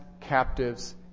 captives